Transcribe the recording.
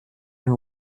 know